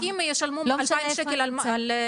שהאזרחים הוותיקים ישלמו 2,000 שקל על אמבולנס,